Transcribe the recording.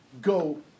go